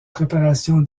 préparation